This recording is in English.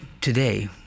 today